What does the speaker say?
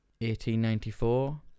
1894